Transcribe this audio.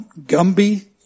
Gumby